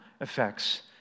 effects